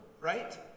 right